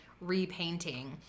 repainting